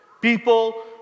People